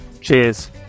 Cheers